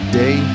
day